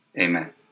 Amen